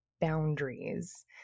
boundaries